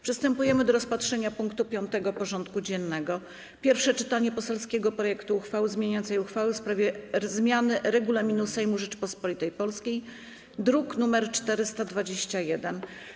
Przystępujemy do rozpatrzenia punktu 5. porządku dziennego: Pierwsze czytanie poselskiego projektu uchwały zmieniającej uchwałę w sprawie zmiany Regulaminu Sejmu Rzeczypospolitej Polskiej (druk nr 421)